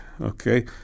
okay